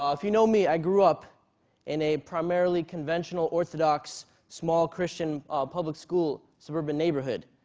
um if you know me i grew up in a primarily conventional orthodox small christian public school suburban neighborhood.